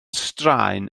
straen